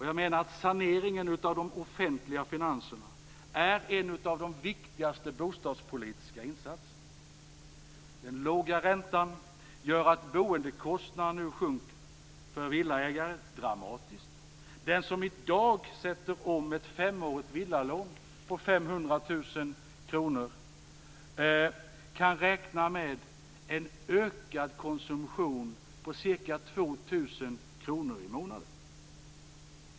Jag menar att saneringen av de offentliga finanserna är en av de viktigaste bostadspolitiska insatserna. Den låga räntan gör att boendekostnaderna nu sjunker, för villaägare dramatiskt. Den som i dag sätter om ett femårigt villalån på 500 000 kr kan räkna med en ökad konsumtion om ca 2 000 kr i månaden.